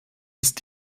ist